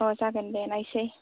औ जागोन दे लायसै